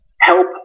Help